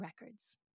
records